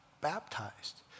baptized